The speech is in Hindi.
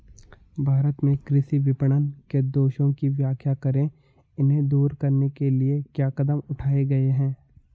भारत में कृषि विपणन के दोषों की व्याख्या करें इन्हें दूर करने के लिए क्या कदम उठाए गए हैं?